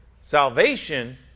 salvation